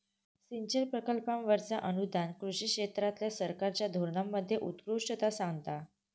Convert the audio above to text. सिंचन प्रकल्पांवरचा अनुदान कृषी क्षेत्रातल्या सरकारच्या धोरणांमध्ये उत्कृष्टता सांगता